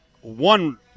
one